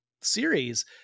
series